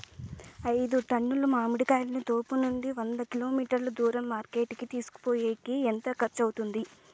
ఐదు టన్నుల మామిడి కాయలను తోపునుండి వంద కిలోమీటర్లు దూరం మార్కెట్ కి తీసుకొనిపోయేకి ఎంత ఖర్చు అవుతుంది?